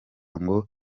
ngo